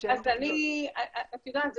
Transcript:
את יודעת,